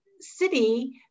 city